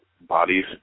bodies